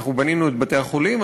אנחנו בנינו את בתי-החולים,